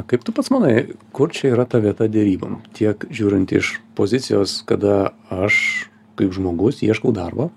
kaip tu pats manai kur čia yra ta vieta derybom tiek žiūrint iš pozicijos kada aš kaip žmogus ieškau darbo